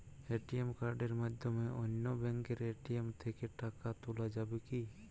ATM কার্ডের মাধ্যমে অন্য ব্যাঙ্কের এ.টি.এম থেকে টাকা তোলা যাবে কি?